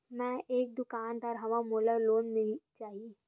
मै एक दुकानदार हवय मोला लोन मिल जाही?